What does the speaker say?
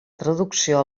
traducció